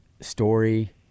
story